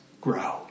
grow